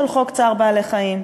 של חוק צער בעלי-חיים.